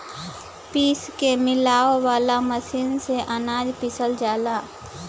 पीस के मिलावे वाला मशीन से अनाज पिसल जाला